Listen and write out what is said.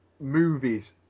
movies